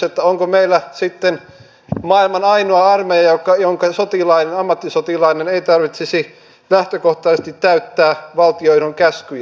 että onko meillä sitten maailman ainoa armeija jonka ammattisotilaiden ei tarvitsisi lähtökohtaisesti täyttää valtiojohdon käskyjä